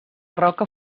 roca